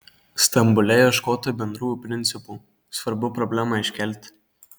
stambule ieškota bendrųjų principų svarbu problemą iškelti